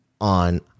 on